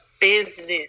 business